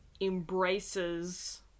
embraces